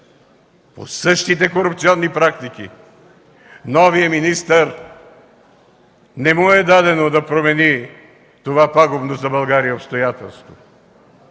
по същите корупционни практики. На новия министър не му е дадено да промени това пагубно за България обстоятелство.